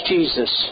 Jesus